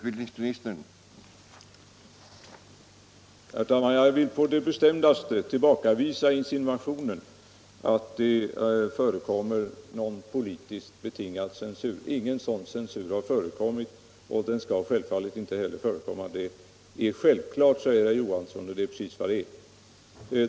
Herr talman! Jag vill på det bestämdaste tillbakavisa insinuationen att det förekommer någon politiskt betingad censur. Ingen sådan censur har förekommit och skall självfallet inte heller förekomma. Det är självklart, säger herr Olof Johansson, och det är precis vad det är.